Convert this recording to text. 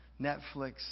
Netflix